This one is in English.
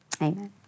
amen